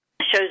shows